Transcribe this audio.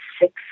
six